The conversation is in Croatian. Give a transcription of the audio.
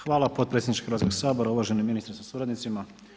Hvala potpredsjedniče Hrvatskog sabora, uvaženi ministre sa suradnicima.